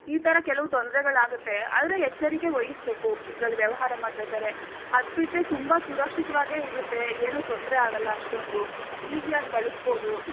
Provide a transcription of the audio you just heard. ಈ ಥರ ಕೆಲವು ತೊಂದ್ರೆಗಳು ಆಗುತ್ತೆ ಆದರೆ ಎಚ್ಚರಿಕೆ ವಹಿಸಬೇಕು ಇದ್ರಲ್ಲಿ ವ್ಯವಹಾರ ಮಾಡ್ಬೇಕಾದ್ರೇ ಅದು ಬಿಟ್ಟರೆ ತುಂಬ ಸುರಕ್ಷಿತವಾಗೇ ಇರುತ್ತೆ ಏನು ತೊಂದರೆ ಆಗಲ್ಲಅಷ್ಟೊಂದು ಈಸಿಯಾಗಿ ಬಳಸ್ಬೋದು